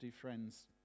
friends